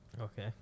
okay